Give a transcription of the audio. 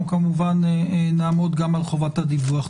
אנחנו כמובן נעמוד גם על חובת הדיווח.